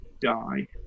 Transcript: die